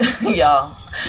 y'all